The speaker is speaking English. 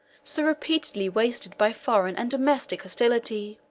so repeatedly wasted by foreign and domestic hostility.